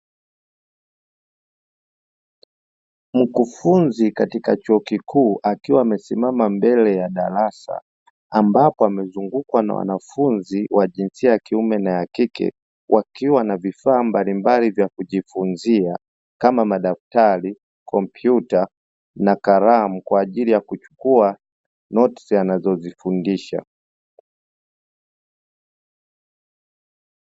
Mkufunzi katika cho kikuu akiwa amesimama mbele ya darasa ambapo amezungukwa na wanafunzi wa jinsia ya kiume na ya kike. wakiwa na vifaa mbalimbali vya kujifunzia kama madaftari, kompyuta na kalamu kwa ajili ya kuchukua notsi anazozifundisha.